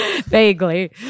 Vaguely